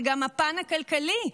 זה גם הפן הכלכלי.